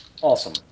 Awesome